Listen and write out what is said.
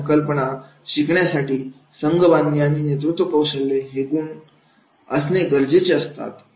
या संकल्पना शिकण्यासाठी संघबांधणी आणि नेतृत्वकौशल्य हे गुण असणे गरजेची असतात